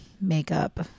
makeup